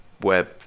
web